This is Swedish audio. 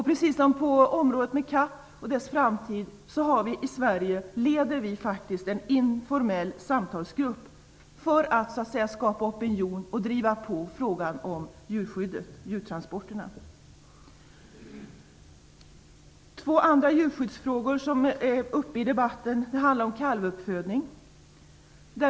Precis som på området CAP och dess framtid leder vi faktiskt en informell samtalsgrupp för att så att säga skapa opinion och driva på i frågan om djurtransporterna. Två andra djurskyddsfrågor som är uppe i debatten handlar om kalvuppfödning.